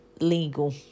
legal